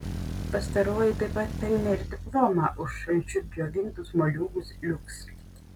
pastaroji taip pat pelnė ir diplomą už šalčiu džiovintus moliūgus liuks